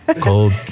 cold